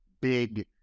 big